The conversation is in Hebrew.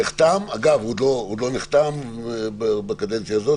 נחתם אגב, זה עוד לא נחתם בקדנציה הזאת,